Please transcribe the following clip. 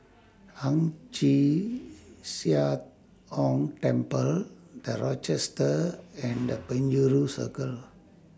Ang Chee Sia Ong Temple The Rochester and The Penjuru Circle